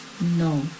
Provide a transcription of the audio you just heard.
No